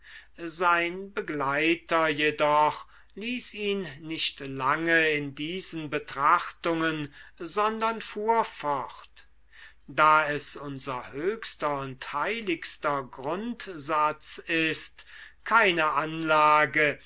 sein begleiter jedoch ließ ihn nicht lange in diesen betrachtungen sondern fuhr fort da es unser höchster und heiligster grundsatz ist keine anlage